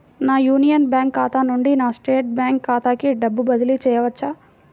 నా Union Bank ఖాతా నుండి నా స్టేట్ బ్యాంకు ఖాతాకి డబ్బు బదిలి చేయవచ్చా?